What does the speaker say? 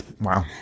Wow